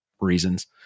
reasons